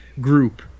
group